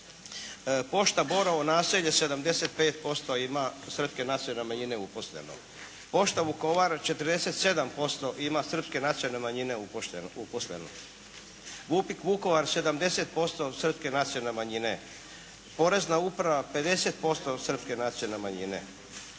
Pošta Borovo naselje 75% ima srpske nacionalne manjine uposleno, Pošta Vukovar 47% ima srpske nacionalne manjine uposleno, Vupik Vukovar 70% srpske nacionalne manjine, Porezna uprava 50% srpske nacionalne manjine,